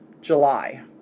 July